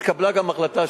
התקבלה גם החלטה,